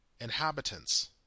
inhabitants